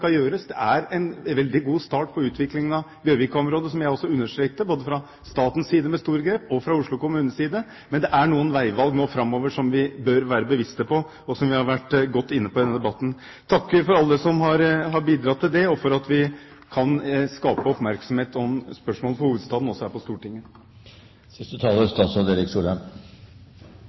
Det er en veldig god start på utviklingen av Bjørvika-området, som jeg også understreket, både fra statens side, med dens store grep, og fra Oslo kommunes side, men det er noen veivalg framover som vi bør være bevisste på, og som vi også har vært inne på i denne debatten. Jeg takker alle som har bidratt her, og for at vi kan skape oppmerksomhet om spørsmål som gjelder hovedstaden, også her i Stortinget.